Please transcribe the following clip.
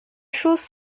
chose